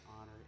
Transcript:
honor